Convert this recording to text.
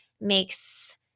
makes